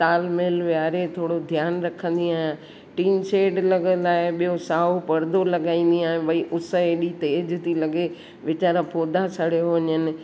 ताल मेल वेहारे थोरो ध्यानु रखंदी आहियां टीन शेड लॻल आहे ॿियो साओ पर्दो लॻाईंदी आहियां भई उस एॾी तेज़ु थी लॻे वेचारा पोधा सड़ियो वञनि